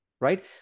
right